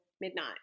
midnight